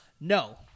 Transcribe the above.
No